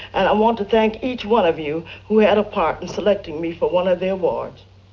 and i want to thank each one of you who had a part in selecting me for one of the awards.